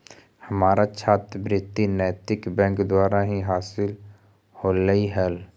हमारा छात्रवृति नैतिक बैंक द्वारा ही हासिल होलई हल